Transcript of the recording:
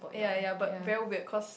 yea yea but very weird cause